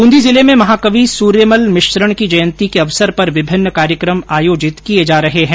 ब्रंदी जिले में महाकवि सूर्यमल मिश्रण की जयन्ती के अवसर पर विभिन्न कार्यक्रम आयोजित किये जा रहे हैं